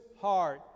heart